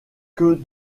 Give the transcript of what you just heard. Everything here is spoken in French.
que